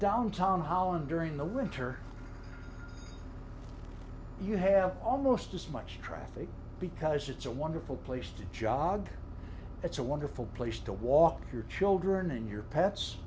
downtown holland during the winter you have almost as much traffic because it's a wonderful place to jog it's a wonderful place to walk your children in your p